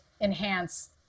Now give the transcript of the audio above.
enhance